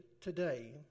today